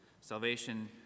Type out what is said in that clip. salvation